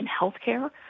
healthcare